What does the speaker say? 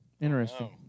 Interesting